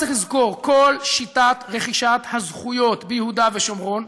צריך לזכור: כל שיטת רכישת הזכויות ביהודה ושומרון,